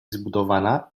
zbudowana